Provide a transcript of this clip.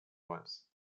months